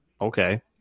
Okay